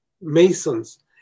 Masons